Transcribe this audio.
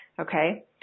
Okay